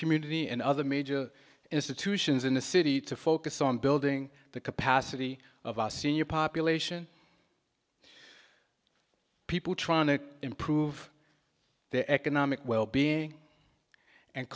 community and other major institutions in the city to focus on building the capacity of our senior population people trying to improve their economic well being and